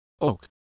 oak